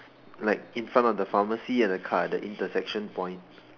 like in front of the pharmacy and the car at the intersection point